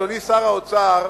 אדוני שר האוצר,